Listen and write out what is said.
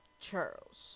Charles